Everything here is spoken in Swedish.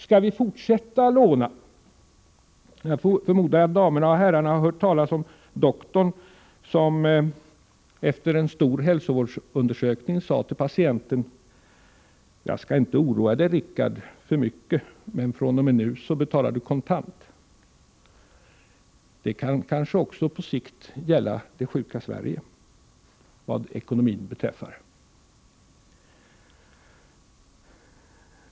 Skall vi fortsätta att låna? Jag förmodar att damerna och herrarna har hört talas om doktorn, som efter en stor hälsovårdsundersökning sade till patienten: Jag skall inte oroa dig för mycket, Rickard. men fr.o.m. nu betalar du kontant. Det kan kanske på sikt också gälla det sjuka Sverige vad ekonomin beträffar.